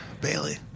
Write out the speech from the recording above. Bailey